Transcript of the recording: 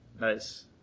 Nice